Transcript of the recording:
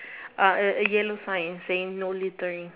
uh yellow sign in saying no littering